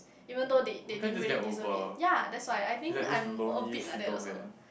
even though they they didn't really disturb it ya that's why I think I'm a bit like that also